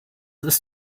ist